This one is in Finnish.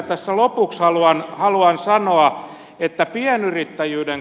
tässä lopuksi haluan sanoa pienyrittäjyydestä